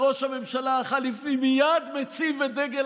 ראש הממשלה החליפי מייד מציב את דגל